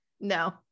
No